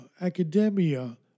academia